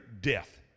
death